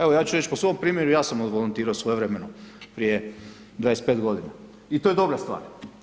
Evo, ja ću reći po svom primjeru, ja sam odvolontirao svojevremeno prije 25 g. i to je dobra stvar.